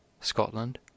Scotland